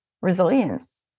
resilience